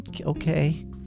Okay